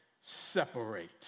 separate